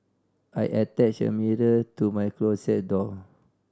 I attached a mirror to my closet door